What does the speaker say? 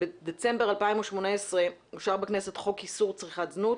בדצמבר 2018 אושר בכנסת חוק איסור צריכת זנות